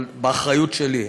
אבל באחריות שלי.